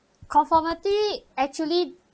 conformity actually